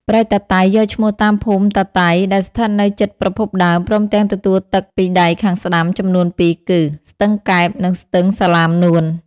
ព្រែកតាតី យកឈ្មោះតាមភូមិតាតី ដែលស្ថិតនៅជិតប្រភពដើម ព្រមទាំងទទួលទឹកពីដៃខាងស្តាំចំនួនពីរគឺ ស្ទឹងកែប និងស្ទឹងសាលាមនួន។